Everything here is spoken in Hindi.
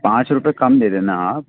पाँच रुपए कम दे देना आप